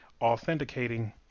authenticating